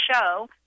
show